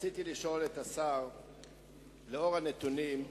לנוכח הנתונים,